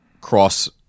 cross